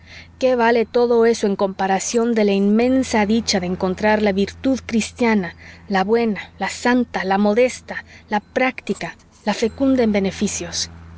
qué vale todo eso en comparación de la inmensa dicha de encontrar la virtud cristiana la buena la santa la modesta la práctica la fecunda en beneficios